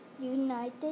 United